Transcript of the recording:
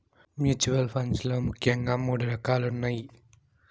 mutual funds లో ముఖ్యంగా మూడు రకాలున్నయ్